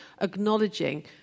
acknowledging